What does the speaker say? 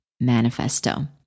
manifesto